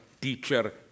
teacher